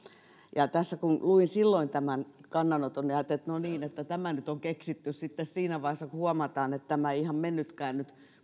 kun luin silloin tämän kannanoton ajattelin että no niin tämä nyt on keksitty siinä vaiheessa kun huomataan että tämä ei nyt ihan mennytkään